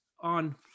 on